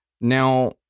Now